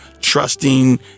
trusting